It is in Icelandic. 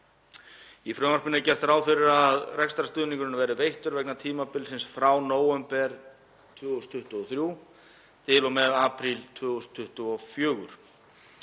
Í frumvarpinu er gert ráð fyrir að rekstrarstuðningur verði veittur vegna tímabilsins frá nóvember 2023 til og með apríl 2024.